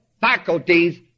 faculties